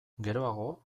geroago